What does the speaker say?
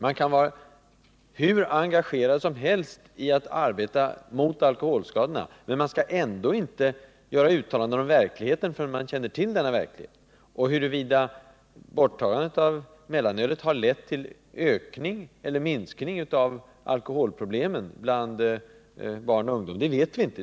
Hur engagerad man än är när det gäller att arbeta för att förhindra alkoholskadorna bör man inte göra uttalanden om verkligheten förrän man känner till denna verklighet. Huruvida borttagandet av mellanölet lett till en ökning eller en minskning av alkoholproblemen bland barn och ungdom vet vi inte.